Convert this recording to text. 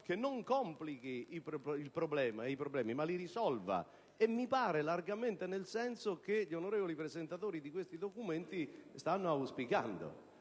che non complichi i problemi, ma li risolva, e mi pare largamente nel senso che gli onorevoli presentatori di questi emendamenti stanno auspicando.